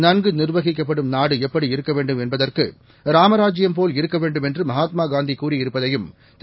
நன்குநிர்வகிக்கப்படும்நாடுஎப்படிஇருக்கவேண்டும்என்பதற் கு ராமராஜ்ஜியம் போலஇருக்கவேண்டும்என்றுமகாத்மாகாந் திகூறியிருப்பதையும்திரு